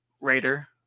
Raider